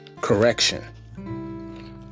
correction